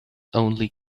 only